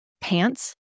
pants